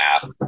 half